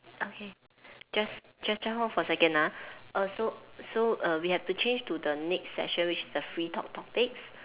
okay just just just hold on for a second ah err so so err we have to change to the next session which is the free talk topics